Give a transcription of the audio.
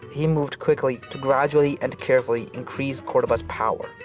he moved quickly to gradually and carefully increase cordoba's power.